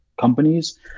companies